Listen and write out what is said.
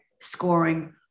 scoring